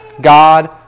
God